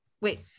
Wait